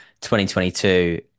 2022